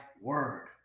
word